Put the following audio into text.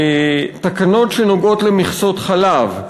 תקנות שנוגעות במכסות חלב,